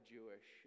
Jewish